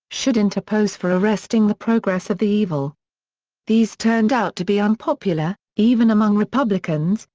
should interpose for arresting the progress of the evil these turned out to be unpopular, even among republicans,